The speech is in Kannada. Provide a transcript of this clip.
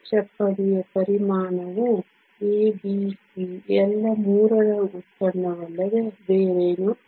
ಸ್ಲಾಬ್ನ ಪರಿಮಾಣವು ಎ ಬಿ ಸಿ ಎಲ್ಲ 3 ರ ಉತ್ಪನ್ನವಲ್ಲದೆ ಬೇರೇನೂ ಅಲ್ಲ